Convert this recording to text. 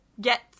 get